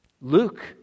Luke